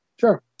Sure